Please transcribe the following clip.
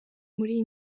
muri